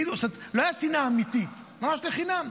לא הייתה שנאה אמיתית, ממש לחינם.